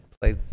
play